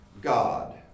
God